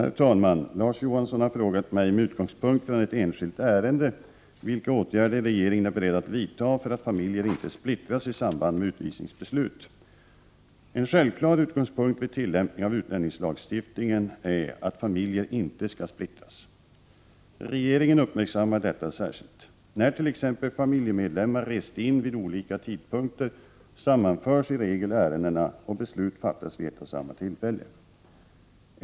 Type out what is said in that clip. Herr talman! Larz Johansson har frågat mig, med utgångspunkt i ett enskilt ärende, vilka åtgärder regeringen är beredd att vidta för att familjer inte splittras i samband med utvisningsbeslut. En självklar utgångspunkt vid tillämpning av utlänningslagstiftningen är att familjer inte skall splittras. Regeringen uppmärksammar detta särskilt. familjemedlemmar rest in vid olika tidpunkter, sammanförs i regel ärendena och beslut fattas vid ett och samma tillfälle.